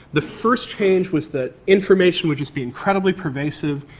the first change was that information would just be incredibly pervasive,